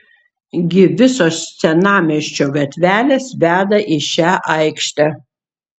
gi visos senamiesčio gatvelės veda į šią aikštę